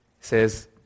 says